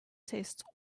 tastes